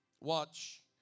Watch